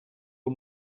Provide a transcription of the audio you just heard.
uhr